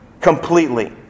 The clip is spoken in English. completely